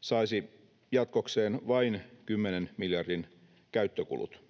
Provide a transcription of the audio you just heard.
saisi jatkokseen vain 10 miljardin käyttökulut,